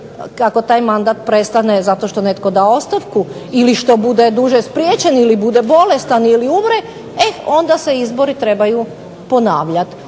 ako taj mandat prestane zato što netko da ostavku, ili što bude duže spriječen ili bude bolestan ili umre, e onda se izbori trebaju ponavljati,